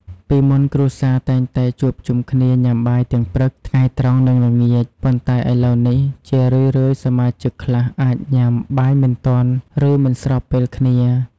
ពីមុនគ្រួសារតែងតែជួបជុំគ្នាញ៉ាំបាយទាំងព្រឹក ថ្ងៃត្រង់ និងល្ងាច ប៉ុន្តែឥឡូវនេះ ជារឿយៗសមាជិកខ្លះអាចញ៉ាំបាយមិនទាន់ ឬមិនស្របពេលគ្នា។